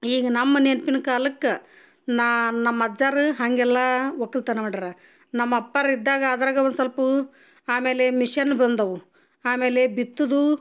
ಈಗ ನಮ್ಮ ನೆನ್ಪಿನ ಕಾಲಕ್ಕೆ ನಮ್ಮ ಅಜ್ಜರು ಹಾಗೆಲ್ಲ ಒಕ್ಕುಲ್ತನ ಮಾಡ್ರ ನಮ್ಮಪ್ಪರು ಇದ್ದಾಗ ಅದ್ರಾಗ ಒಂದು ಸೊಲ್ಪ ಆಮೇಲೆ ಮಿಷನ್ ಬಂದವು ಆಮೇಲೆ ಬಿತ್ತುದು